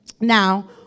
now